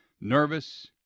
nervous